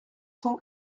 cent